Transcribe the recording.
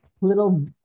little